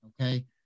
okay